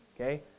okay